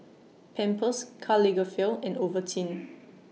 Pampers Karl Lagerfeld and Ovaltine